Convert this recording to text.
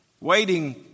waiting